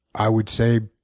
i would say